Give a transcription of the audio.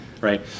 right